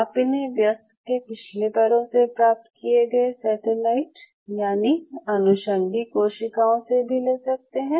आप इन्हें व्यस्क के पिछले पैरों से प्राप्त किये गए सेटेलाइट यानि अनुषंगी कोशिकाओं से भी ले सकते हैं